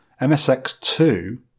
MSX2